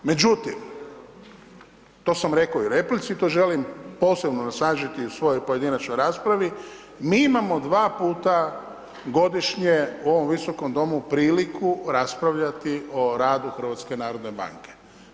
Međutim, to sam rekao i u replici, to želim posebno sažeti u svojoj pojedinačnoj raspravi, mi imamo dva puta godišnje u ovom Visokom domu priliku raspravljati o radu HNB-a.